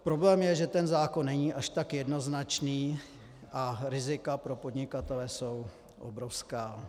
Problém je, že ten zákon není až tak jednoznačný a rizika pro podnikatele jsou obrovská.